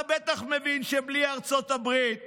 אתה בטח מבין שבלי ארצות הברית